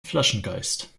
flaschengeist